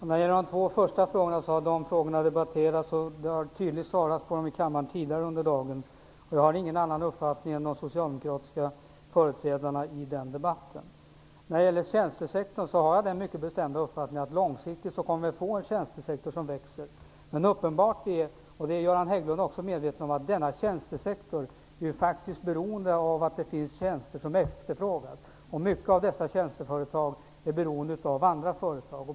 Herr talman! De två första frågorna har debatterats och tydligt besvarats i kammaren tidigare under dagen. Jag har ingen annan uppfattning än de socialdemokratiska företrädarna i den debatten. Jag har den mycket bestämda uppfattningen att vi långsiktigt kommer att få en tjänstesektor som växer. Men det är uppenbart, och det är Göran Hägglund också medveten om, att denna tjänstesektor faktiskt är beroende av att det finns tjänster som efterfrågas. Många av dessa tjänsteföretag är beroende av andra företag.